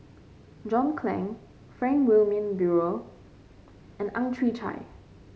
John Clang Frank Wilmin Brewer and Ang Chwee Chai